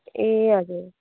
ए हजुर